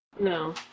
No